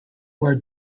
were